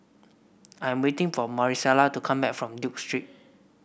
I'm waiting for Marisela to come back from Duke Street